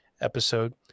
episode